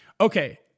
Okay